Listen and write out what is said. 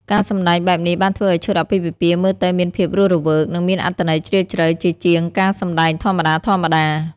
ការសម្ដែងបែបនេះបានធ្វើឲ្យឈុតអាពាហ៍ពិពាហ៍មើលទៅមានភាពរស់រវើក និងមានអត្ថន័យជ្រាលជ្រៅ ជាជាងការសម្តែងធម្មតាៗ។